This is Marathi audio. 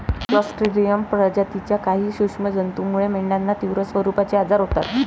क्लॉस्ट्रिडियम प्रजातीतील काही सूक्ष्म जंतूमुळे मेंढ्यांना तीव्र स्वरूपाचे आजार होतात